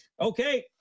Okay